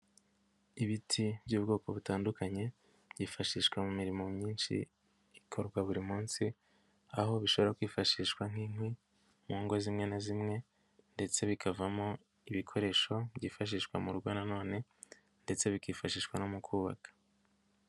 Ibiti by'ubwoko butandukanye byifashishwa mu mirimo myinshi ikorwa buri munsi, aho bishobora kwifashishwa nk'inkwi, mu ngo zimwe na zimwe ndetse bikavamo ibikoresho byifashishwa mu rugo nanone ndetse bikifashishwa no mu kubaka.